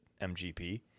MGP